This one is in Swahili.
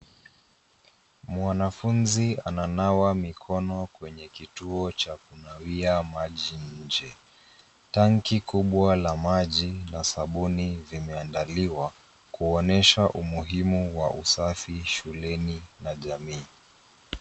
Mwanafuzi ananawa mikono kwenye kituo cha kunawia maji nje. Tangi kubwa la maji na sabuni vimeandaliwa kuonyesha umuhimu wa usafi shuleni na jamii.